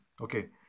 Okay